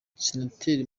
senateri